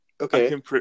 okay